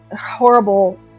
horrible